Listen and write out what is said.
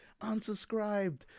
unsubscribed